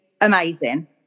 amazing